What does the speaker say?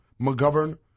McGovern